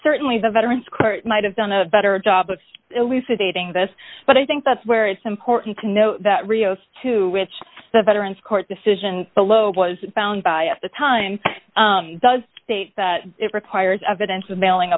certainly the veterans court might have done a better job of ilesa dating this but i think that's where it's important to note that rios to which the veterans court decision below was found by the times does state that it requires evidence of mailing